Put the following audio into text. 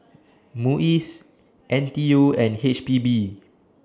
Muis N T U and H P B